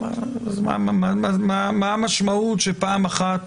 מה המשמעות שפעם אחת